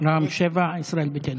רם שפע, ישראל ביתנו.